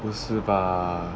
不是吧